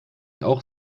auch